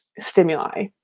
stimuli